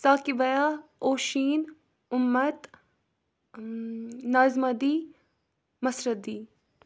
ساقِب بیا اوشیٖن اُمت نازِمہ دی مسرت دی